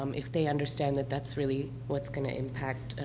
um if they understand that that's really what's going to impact,